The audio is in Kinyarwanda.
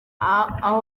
aho